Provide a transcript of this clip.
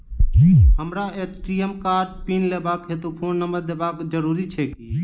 हमरा ए.टी.एम कार्डक पिन लेबाक हेतु फोन नम्बर देबाक जरूरी छै की?